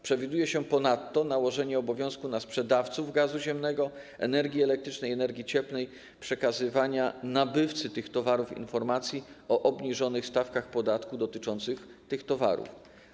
Przewiduje się ponadto nałożenie na sprzedawców gazu ziemnego, energii elektrycznej i energii cieplnej obowiązku przekazywania nabywcy tych towarów informacji o obniżonych stawkach podatku dotyczących tych towarów.